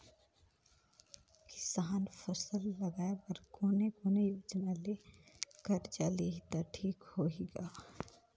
किसान फसल लगाय बर कोने कोने योजना ले कर्जा लिही त ठीक होही ग?